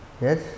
Yes